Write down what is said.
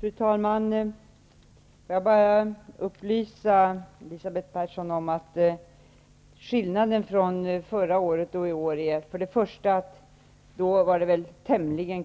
Fru talman! Jag vill bara upplysa Elisabeth Persson om att det som skiljer förra året från i år är att det då var tämligen,